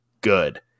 good